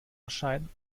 erscheinen